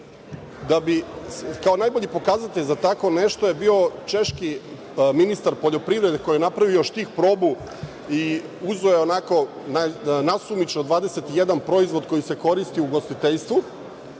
upotrebu. Kao najbolji pokazatelj za tako nešto je bio češki ministar poljoprivrede koji je napravio štih probu i uzeo je nasumično 21 proizvod koji se koristi u ugostiteljstvu